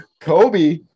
Kobe